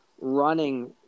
running